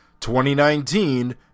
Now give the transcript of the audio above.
2019